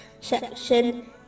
section